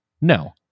No